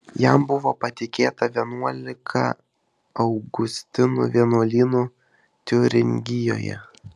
jam buvo patikėta vienuolika augustinų vienuolynų tiuringijoje